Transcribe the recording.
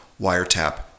wiretap